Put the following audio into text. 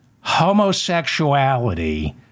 homosexuality